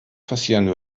passieren